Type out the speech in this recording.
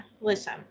Listen